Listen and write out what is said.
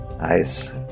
nice